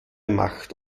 macht